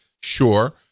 sure